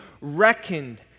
reckoned